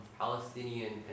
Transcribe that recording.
Palestinian